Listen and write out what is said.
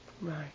Right